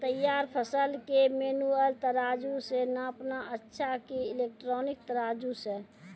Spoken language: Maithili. तैयार फसल के मेनुअल तराजु से नापना अच्छा कि इलेक्ट्रॉनिक तराजु से?